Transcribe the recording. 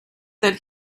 that